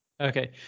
okay